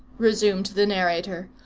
resumed the narrator,